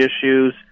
issues